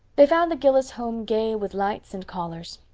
they found the gillis home gay with lights and callers.